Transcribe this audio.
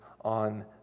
on